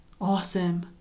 awesome